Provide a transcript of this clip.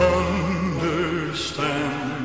understand